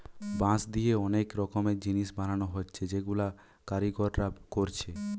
বাঁশ দিয়ে অনেক রকমের জিনিস বানানা হচ্ছে যেগুলা কারিগররা কোরছে